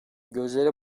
gözleri